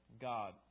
God